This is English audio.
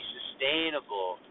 sustainable